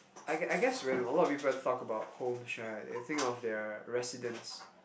I gu~ guess when people talk about homes right they think of their residence